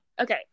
Okay